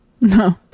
No